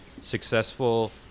Successful